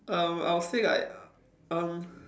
um I'll say like um